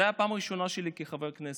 זאת הייתה הפעם הראשונה שלי כחבר כנסת.